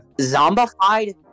zombified